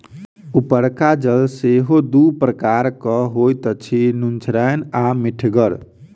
उपरका जल सेहो दू प्रकारक होइत अछि, नुनछड़ैन आ मीठगर